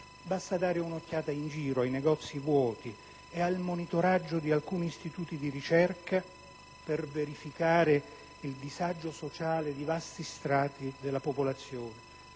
Basta dare un'occhiata in giro ai negozi vuoti ed al monitoraggio di alcuni istituti di ricerca per verificare il disagio sociale di vasti strati della popolazione,